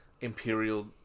imperial